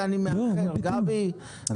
לא, בלי כלום.